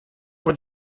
for